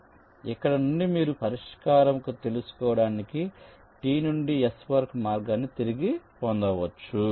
కాబట్టి ఇక్కడ నుండి మీరు పరిష్కారం తెలుసుకోవడానికి T నుండి S వరకు మార్గాన్ని తిరిగి పొందవచ్చు